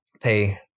pay